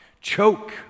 choke